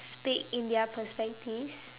speak in their perspectives